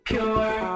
Pure